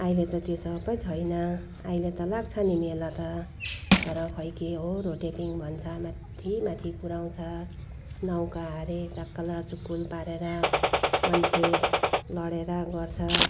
अहिले त त्यो सबै छैन अहिले त लाग्छ नि मेला त तर खै के हो रोटेपिङ भन्छ माथि माथि पुर्याउँछ नौका अरे झकाल र झुकुल पारेर मान्छे लडेर गर्छ